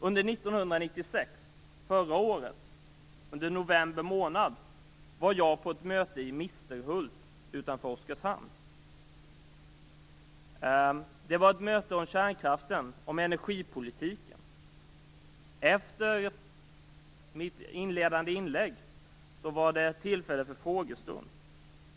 Under november månad 1996 var jag på ett möte i Misterhult utanför Oskarshamn. Det var ett möte om kärnkraften och energipolitiken. Efter mitt inledande inlägg var det tillfälle till frågestund.